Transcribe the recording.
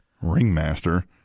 Ringmaster